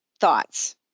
Thoughts